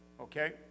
Okay